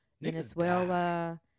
Venezuela